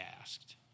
asked